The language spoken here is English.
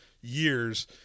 years